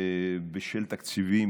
בשל תקציבים.